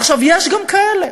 עכשיו, יש גם כאלה.